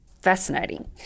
fascinating